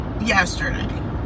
yesterday